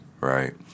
right